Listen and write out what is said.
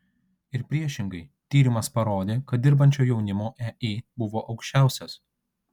ir priešingai tyrimas parodė kad dirbančio jaunimo ei buvo aukščiausias